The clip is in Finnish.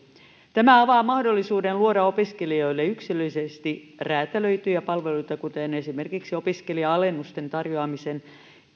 tämä avaa mahdollisuuden luoda opiskelijoille yksilöllisesti räätälöityjä palveluita kuten esimerkiksi opiskelija alennusten tarjoamisen